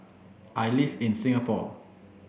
I live in Singapore